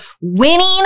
winning